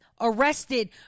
arrested